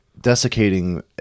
desiccating